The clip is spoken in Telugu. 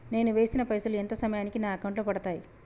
నేను వేసిన పైసలు ఎంత సమయానికి నా అకౌంట్ లో పడతాయి?